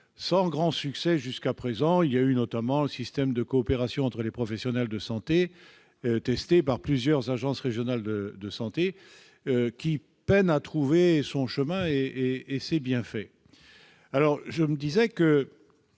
sans grand succès jusqu'à présent. Je pense notamment au système de coopération entre les professionnels de santé testé par plusieurs agences régionales de santé, qui peine à trouver son chemin- et c'est bien fait. La solution